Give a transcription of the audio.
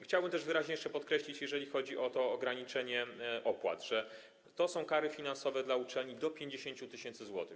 Chciałbym też wyraźnie jeszcze podkreślić, jeżeli chodzi o to ograniczenie opłat, że są kary finansowe dla uczelni do 50 tys. zł.